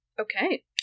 Okay